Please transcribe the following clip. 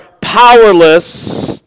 powerless